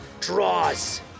draws